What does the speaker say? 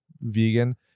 vegan